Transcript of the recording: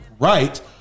right